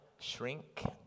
shrink